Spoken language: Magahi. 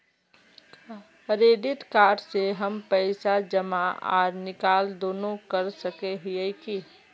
क्रेडिट कार्ड से हम पैसा जमा आर निकाल दोनों कर सके हिये की?